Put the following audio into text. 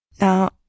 Now